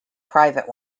private